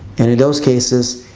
and in those cases,